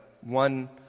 one